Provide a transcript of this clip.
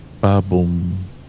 ba-boom